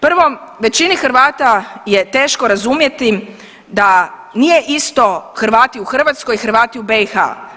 Prvo, većini Hrvata je teško razumjeti da nije isto Hrvati u Hrvatskoj, Hrvati u BiH.